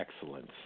excellence